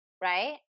Right